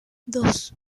dos